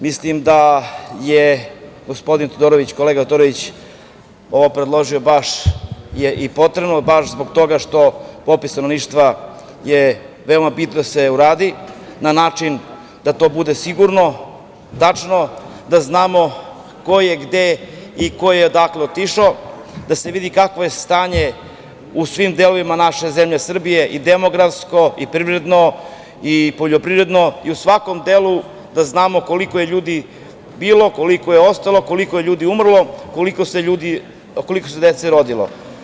Mislim da ovo što je gospodin Todorović, kolega Todorović, predložio, baš i potrebno zbog toga što je veoma bitno da se uradi popis stanovništva, na način da to bude sigurno, tačno, da znamo ko je gde, i ko je odakle otišao, da se vidi kakvo je stanje u svim delovima naše zemlje Srbije i demografsko i privredno i poljoprivredno i u svakom delu da znamo koliko je ljudi bilo, koliko je ostalo, koliko je ljudi umrlo, koliko se dece rodilo.